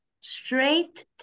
straight